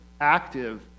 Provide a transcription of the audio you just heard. active